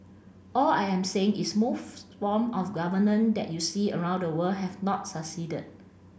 all I am saying is most form of governance that you see around the world have not succeeded